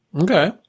Okay